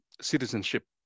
Citizenship